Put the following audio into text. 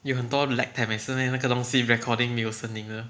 有很多 lag tam~ 是因为那个东西 recording 没有声音的